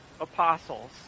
apostles